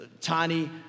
tiny